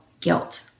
guilt